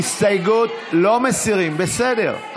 לא מסירים, בסדר.